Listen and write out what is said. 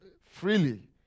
freely